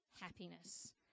happiness